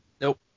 Nope